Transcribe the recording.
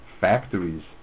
factories